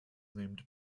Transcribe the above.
named